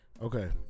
okay